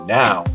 now